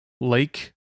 Lake